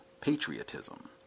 patriotism